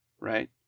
right